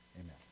Amen